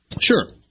Sure